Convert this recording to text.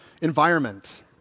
environment